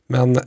Men